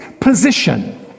position